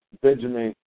Benjamin